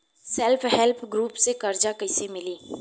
Self help group से कर्जा कईसे मिली?